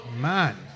man